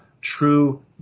true